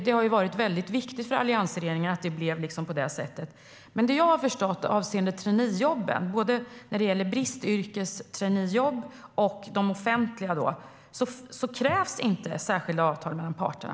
Det var viktigt för alliansregeringen att det blev på det sättet. Det jag har förstått avseende traineejobben, både bristyrkestraineejobb och de offentliga jobben, är att det inte krävs särskilda avtal mellan parterna.